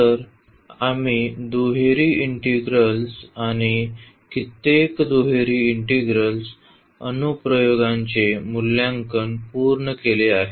तर आम्ही दुहेरी इंटिग्रल आणि कित्येक दुहेरी इंटिग्रल अनुप्रयोगांचे मूल्यांकन पूर्ण केले आहे